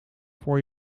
voor